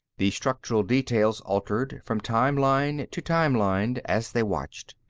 the structural details altered, from time-line to time-line, as they watched.